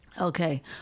Okay